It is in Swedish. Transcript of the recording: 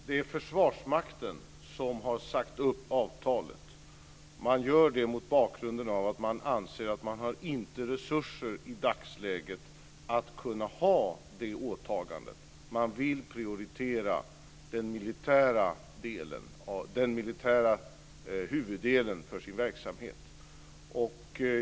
Herr talman! Det är Försvarsmakten som har sagt upp avtalet. Man gör det mot bakgrund av att man anser att man inte har resurser i dagsläget att kunna ha det åtagandet. Man vill prioritera den militära huvuddelen av sin verksamhet.